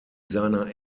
seiner